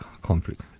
conflict